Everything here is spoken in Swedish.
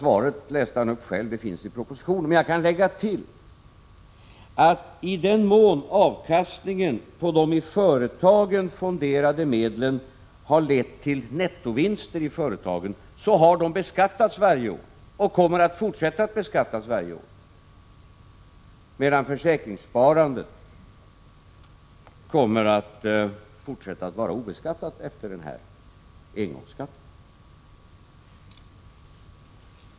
Svaret läste han själv upp i propositionen, men jag kan tillägga att i den mån avkastningen på de i företagen fonderade medlen har lett till nettovinster i företagen har de beskattats varje år och kommer att fortsätta att beskattas varje år, medan försäkringssparandet kommer att fortsätta att vara obeskattat efter den här engångsskatten.